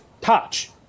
touch